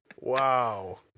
Wow